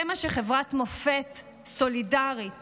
זה מה שחברת מופת סולידרית